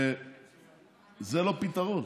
וזה לא פתרון,